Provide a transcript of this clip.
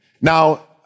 Now